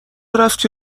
رفتی